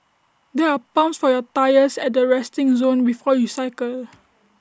there are pumps for your tyres at the resting zone before you cycle